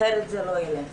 אחרת זה לא ילך.